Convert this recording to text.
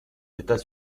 d’état